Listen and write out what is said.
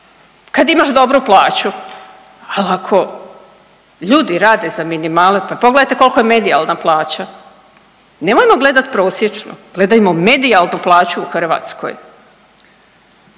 kad imaš dobru plaću, ali ako ljudi rade za minimalac. Pa pogledajte koliko je medijalna plaća? Nemojmo gledat prosječnu, gledajmo medijalnu plaću u Hrvatskoj.